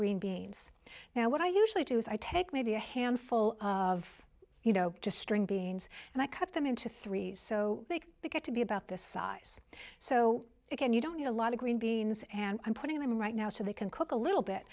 green beans now what i usually do is i take maybe a handful of you know just string beans and i cut them into three so they get to be about this size so again you don't need a lot of green beans and i'm putting them right now so they can cook a little bit